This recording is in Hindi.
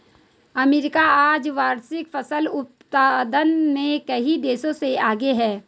अमेरिका आज वार्षिक फसल उत्पादन में कई देशों से आगे है